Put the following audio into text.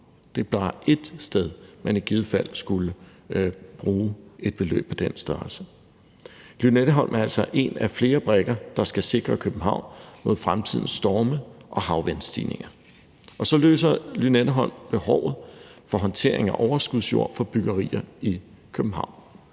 Det er bare ét sted, man i givet fald skulle bruge et beløb af den størrelse. Lynetteholm er altså en af flere brikker, der skal sikre København mod fremtidens storme og havvandsstigninger, og så løser Lynetteholm behovet for håndtering af overskudsjord fra byggerier i København.